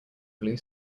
blue